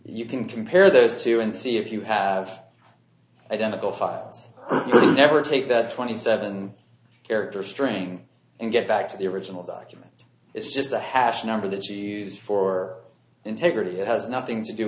you can compare those two and see if you have identical files never take that twenty seven character string and get back to the original document it's just a hash number that she used for integrity it has nothing to do